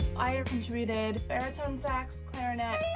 i've contributed baritone sax, clarinet,